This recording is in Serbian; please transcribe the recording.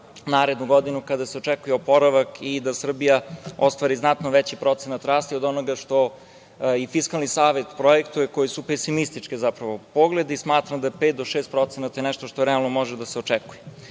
narednu godinu, kada je očekuje oporavak i da Srbija ostvari znatno veći procenat rasta i od onoga što i Fiskalni savet projektuje, koji su pesimistički zapravo pogledi. Smatram da je 5% do 6% nešto što realno može da se očekuje. Naravno,